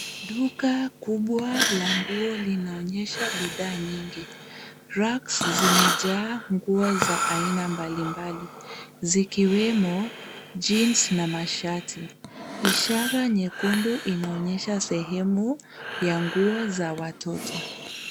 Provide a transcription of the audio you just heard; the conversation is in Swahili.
Duka kubwa la nguo linaonyesha bidhaa nyingi. Racks zimejaa nguo za aina mbali mbali zikiwemo jeans na mashati. Ishara nyekundu inaonyesha sehemu ya nguo za watoto.